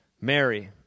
Mary